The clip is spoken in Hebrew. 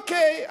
אוקיי.